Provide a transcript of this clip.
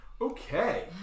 Okay